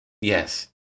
Yes